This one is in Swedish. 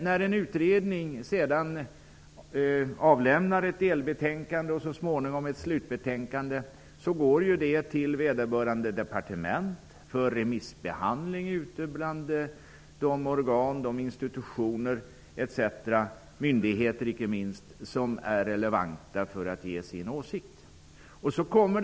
När en utredning avlämnar ett delbetänkande och så småningom ett slutbetänkande går det till vederbörande departement för remissbehandling hos de organ, institutioner och inte minst myndigheter som är relevanta, för att de skall att ge sin åsikt.